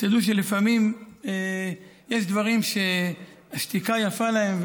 אז תדעו שלפעמים יש דברים שהשתיקה יפה להם,